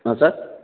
ஆ sir